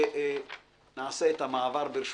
ונעשה את המעבר, ברשותכם,